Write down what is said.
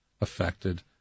affected